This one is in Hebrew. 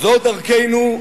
זאת דרכנו,